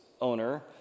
owner